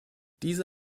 diese